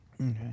Okay